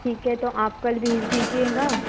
ठीक है तो आप कल भेज दीजिएगा